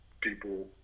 people